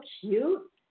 cute